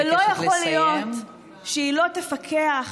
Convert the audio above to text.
ולא יכול להיות שהיא לא תפקח